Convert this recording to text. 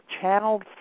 channeled